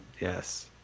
Yes